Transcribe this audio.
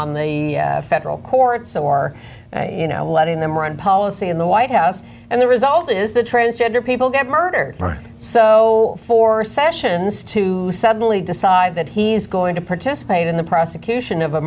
on the federal courts or you know letting them run policy in the white house and the result is the transgender people get murdered so for sessions to suddenly decide that he's going to participate in the prosecution of a